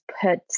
put